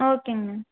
ஓகேங்கண்ணா